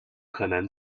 可能